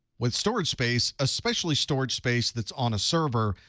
with storage space, especially storage space that's on a server,